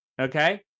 okay